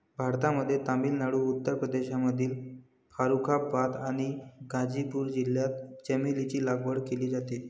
भारतामध्ये तामिळनाडू, उत्तर प्रदेशमधील फारुखाबाद आणि गाझीपूर जिल्ह्यात चमेलीची लागवड केली जाते